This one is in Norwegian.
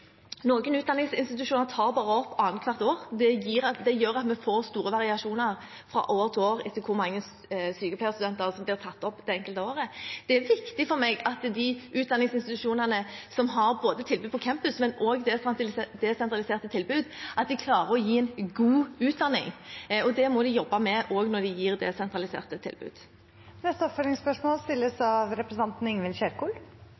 utdanningsinstitusjoner tar bare opp annethvert år. Det gjør at vi får store variasjoner fra år til år etter hvor mange sykepleierstudenter som blir tatt opp det enkelte året. Det er viktig for meg at de utdanningsinstitusjonene som har både tilbud på campus og desentraliserte tilbud, klarer å gi en god utdanning. Det må de jobbe med også når de gir desentraliserte tilbud. Det åpnes for oppfølgingsspørsmål – først Ingvild Kjerkol.